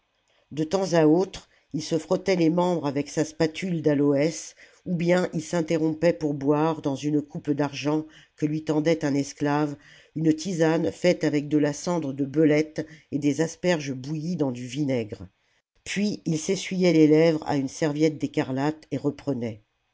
de temps à autre il se frottait les membres avec sa spatule d'aloès ou bien il s'interrompait pour boire dans une coupe d'argent que lui tendait un esclave une tisane faite avec de la cendre de belette et des asperges bouillies dans du vinaigre puis il s'essuyait les lèvres à une serviette d'écarlate et reprenait